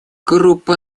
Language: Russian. группа